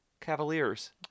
Cavaliers